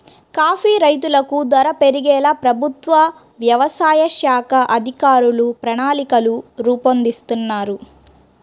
coffee రైతులకు ధర పెరిగేలా ప్రభుత్వ వ్యవసాయ శాఖ అధికారులు ప్రణాళికలు రూపొందిస్తున్నారు